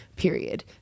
Period